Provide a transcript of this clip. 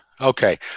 okay